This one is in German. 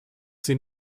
sie